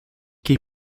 keep